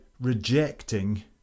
rejecting